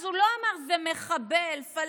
אז הוא לא אמר: זה מחבל פלסטיני,